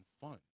fun